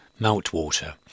Meltwater